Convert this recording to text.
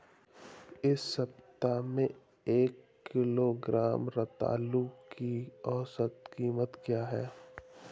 इस सप्ताह में एक किलोग्राम रतालू की औसत कीमत क्या है?